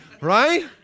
right